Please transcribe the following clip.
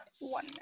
one